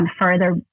further